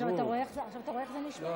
עכשיו אתה רואה איך זה נשמע?